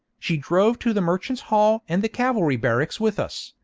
she drove to the merchants' hall and the cavalry barracks with us,